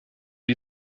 die